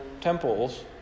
temples